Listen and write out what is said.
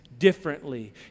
differently